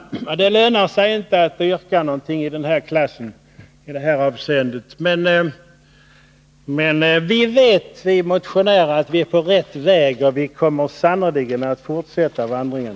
Det lönar sig inte att i den här ”klassen” yrka någonting i detta avseende. Men vi motionärer vet att vi är på rätt väg, och vi kommer sannerligen att fortsätta vandringen.